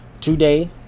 today